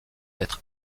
d’être